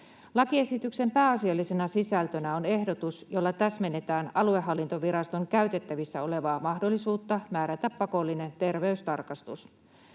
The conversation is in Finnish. Lakiesityksen pääasiallisena sisältönä on ehdotus, jolla täsmennetään aluehallintoviraston käytettävissä olevaa mahdollisuutta määrätä pakollinen terveystarkastus.